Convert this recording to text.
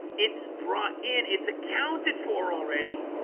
it's brought in it's accounted for already